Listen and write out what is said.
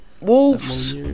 Wolves